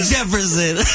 Jefferson